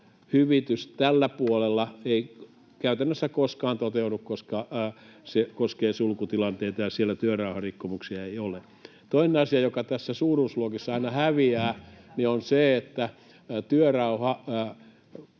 hyvitys tällä puolella ei käytännössä koskaan toteudu, koska se koskee sulkutilanteita ja siellä työrauharikkomuksia ei ole. Toinen asia, joka näissä suuruusluokissa aina häviää, on se, että työrauha